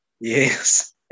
Yes